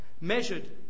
measured